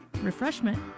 refreshment